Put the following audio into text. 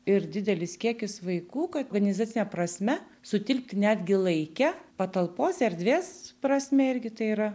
ir didelis kiekis vaikų kad organizacine prasme sutilpti netgi laike patalpos erdvės prasme irgi tai yra